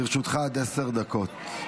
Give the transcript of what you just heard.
לרשותך עד עשר דקות.